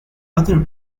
other